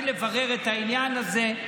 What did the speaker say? בגלל שאז בוודאי אפשר להתחיל לברר את העניין הזה.